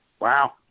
Wow